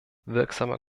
wirksamer